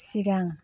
सिगां